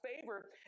favor